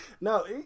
No